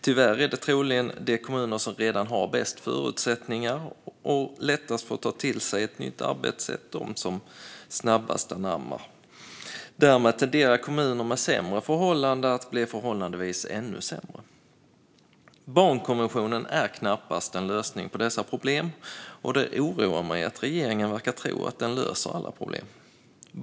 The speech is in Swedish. Tyvärr är det troligen de kommuner som redan har bäst förutsättningar som har lättast att ta till sig ett nytt arbetssätt och som snabbast anammar det. Därmed tenderar kommuner med sämre förhållanden att bli förhållandevis ännu sämre. Barnkonventionen är knappast en lösning på dessa problem. Det oroar mig att regeringen verkar tro att den löser alla problem.